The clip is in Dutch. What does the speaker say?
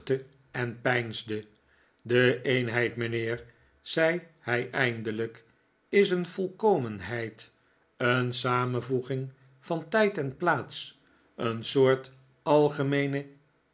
en peinsde de eenheid mijnheer zei hij eindelijk is een volkomenheid een samenvoeging van tijd en plaats een soort algemeene